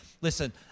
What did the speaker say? Listen